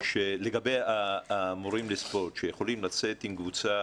לגבי המורים לספורט שיכולים לצאת עם קבוצה